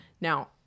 Now